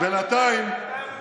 מוסוליני אמר